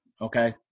okay